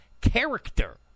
character